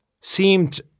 seemed –